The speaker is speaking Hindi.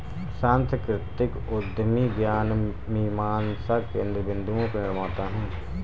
सांस्कृतिक उद्यमी ज्ञान मीमांसा केन्द्र बिन्दुओं के निर्माता हैं